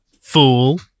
Fool